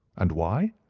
and why?